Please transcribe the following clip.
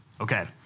Okay